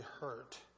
hurt